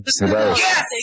Yes